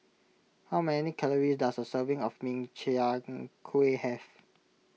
how many calories does a serving of Min Chiang Kueh have